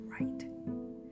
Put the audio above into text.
right